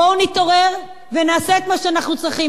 בואו ונתעורר ונעשה את מה שאנחנו צריכים.